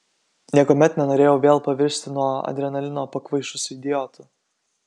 niekuomet nenorėjau vėl pavirsti nuo adrenalino pakvaišusiu idiotu